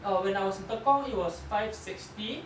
err when I was in tekong it was five sixty